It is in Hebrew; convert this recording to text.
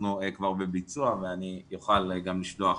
אנחנו כבר בביצוע ואני אוכל גם לשלוח